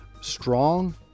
strong